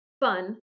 fun